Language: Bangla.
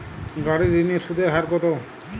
গাড়ির ঋণের সুদের হার কতো?